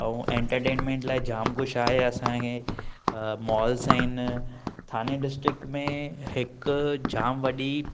ऐं एंटरटेनमेंट लाइ जाम कुझु आहे असां खे मॉल्स आहिनि थाने डिस्टिक में हिकु जाम वॾी